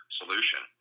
solution